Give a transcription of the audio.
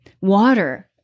water